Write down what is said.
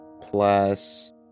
plus